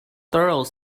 thorough